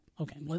Okay